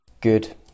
Good